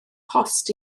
post